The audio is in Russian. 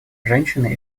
женщины